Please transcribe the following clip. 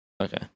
Okay